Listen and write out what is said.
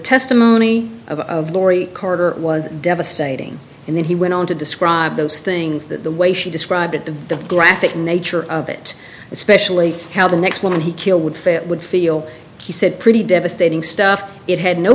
testimony of lori carter was devastating and then he went on to describe those things the way she described it the graphic nature of it especially how the next woman he killed would fail would feel he said pretty devastating stuff it had no